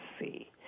see